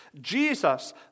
Jesus